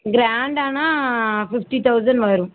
கிராண்டானா fifty thousand வரும்